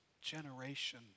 generation